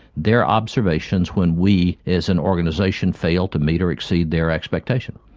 their observations when we as an organisation fail to meet or exceed their expectation.